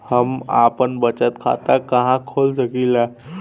हम आपन बचत खाता कहा खोल सकीला?